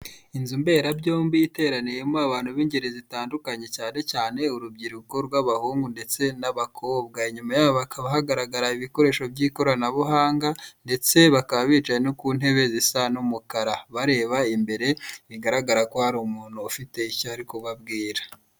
Inzu mberabyombi iteraniyemo abantu b'ingeri zitandukanye cyane cyane urubyiruko rw'abahungu ndetse n'abakobwa. Inyuma yabo hakaba hagaragara ikoranabuhanga, ndetse bakaba bicaye no ku ntebe zisa n'umukara. Bareba imbere bigaragara ko hAri umuntu ufite icyo ari kubabwira.